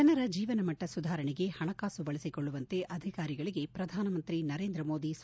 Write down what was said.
ಜನರ ಜೀವನಮಟ್ಟ ಸುಧಾರಣೆಗೆ ಹಣಕಾಸು ಬಳಸಿಕೊಳ್ಳುವಂತೆ ಅಧಿಕಾರಿಗಳಿಗೆ ಪ್ರಧಾನಮಂತ್ರಿ ನರೇಂದ್ರ ಮೋದಿ ಸೂಚನೆ